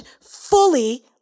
fully